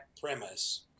premise